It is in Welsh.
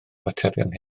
materion